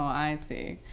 i see,